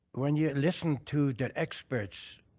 when you listen to the experts,